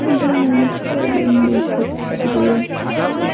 dance کَرُن makeup کَرُن